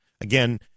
again